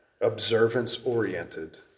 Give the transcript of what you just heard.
observance-oriented